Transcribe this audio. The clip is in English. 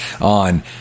on